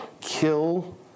kill